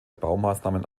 baumaßnahmen